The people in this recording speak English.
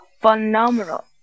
phenomenal